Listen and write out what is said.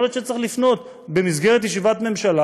יכול להיות שצריך לפנות במסגרת ישיבת ממשלה,